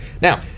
Now